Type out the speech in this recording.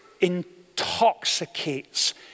intoxicates